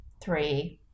Three